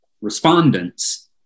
respondents